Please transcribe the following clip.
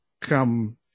come